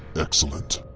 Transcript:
excellent.